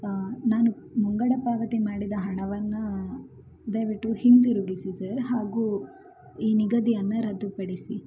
ನಾನು ಮುಂಗಡ ಪಾವತಿ ಮಾಡಿದ ಹಣವನ್ನು ದಯವಿಟ್ಟು ಹಿಂದಿರುಗಿಸಿ ಸರ್ ಹಾಗೂ ಈ ನಿಗದಿಯನ್ನು ರದ್ದುಪಡಿಸಿ